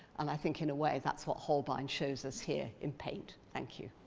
and i think, in a way, that's what holbein shows us here, in paint. thank you.